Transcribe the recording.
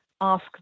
ask